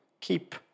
keep